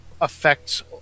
affects